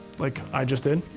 like i just did.